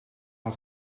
had